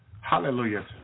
Hallelujah